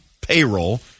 payroll